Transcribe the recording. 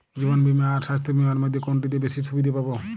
জীবন বীমা আর স্বাস্থ্য বীমার মধ্যে কোনটিতে বেশী সুবিধে পাব?